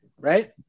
right